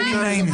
מי נמנע?